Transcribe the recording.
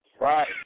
Right